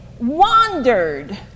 wandered